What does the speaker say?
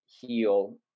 heal